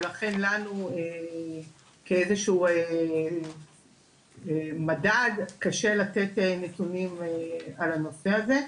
ולכן לנו כאיזשהו מדד קשה לתת נתונים על הנושא הזה.